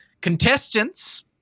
Contestants